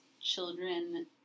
children